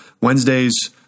Wednesdays